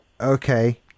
Okay